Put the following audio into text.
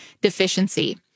deficiency